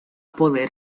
poder